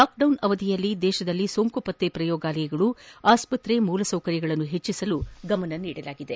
lockdown ಅವಧಿಯಲ್ಲಿ ಭಾರತದಲ್ಲಿ ಸೋಂಕು ಪತ್ತೆ ಪ್ರಯೋಗಾಲಯಗಳು ಆಸ್ವತ್ತೆ ಮೂಲಸೌಕರ್ಯಗಳನ್ನು ಹೆಚ್ಚಿಸಲು ಗಮನ ನೀಡಲಾಗಿದೆ